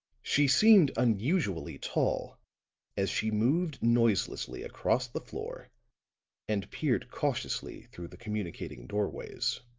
she seemed unusually tall as she moved noiselessly across the floor and peered cautiously through the communicating doorways.